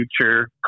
future